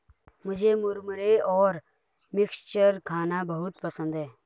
मुझे मुरमुरे और मिक्सचर खाना बहुत पसंद है